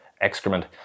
excrement